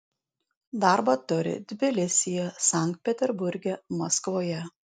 darbą turi tbilisyje sankt peterburge maskvoje